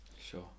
sure